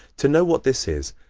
to know what this is,